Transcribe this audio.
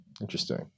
Interesting